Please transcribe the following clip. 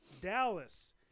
Dallas